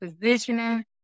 positioning